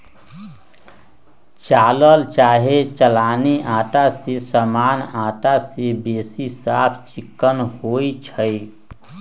चालल चाहे चलानी अटा जे सामान्य अटा से बेशी साफ चिक्कन होइ छइ